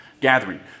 Gathering